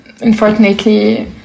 unfortunately